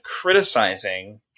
criticizing